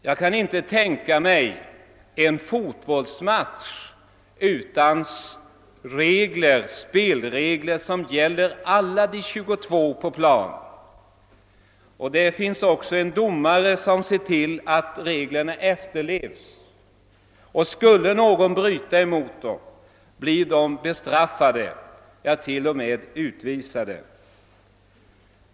Jag kan inte tänka mig en fotbollsmatch utan spelregler som gäller alla de 22 på planen. Det finns en domare som ser till att reglerna efterlevs, och skulle någon bryta mot dem blir han bestraffad, ja t.o.m. utvisad.